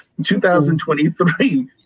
2023